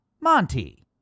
Monty